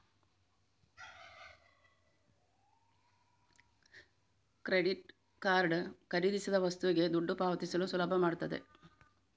credit card ಖರೀದಿಸಿದ ವಸ್ತುಗೆ ದುಡ್ಡು ಪಾವತಿಸಲು ಸುಲಭ ಮಾಡ್ತದೆ